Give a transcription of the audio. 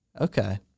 Okay